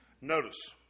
Notice